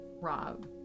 Rob